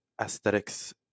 aesthetics